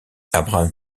abraham